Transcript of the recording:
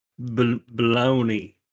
Baloney